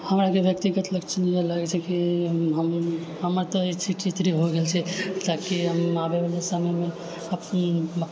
हमरा व्यक्तिगत लक्षण इएह लागैत छै कि हम हमर तऽ भए गेल छै ताकि हम आबए वाला समयमे अपन